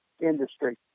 industry